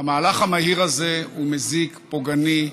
המהלך המהיר הזה הוא מזיק, פוגעני,